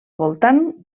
voltant